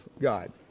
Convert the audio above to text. God